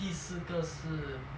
第四个是